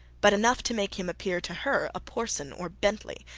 but enough to make him appear to her a porson or bentley,